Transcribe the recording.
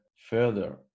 Further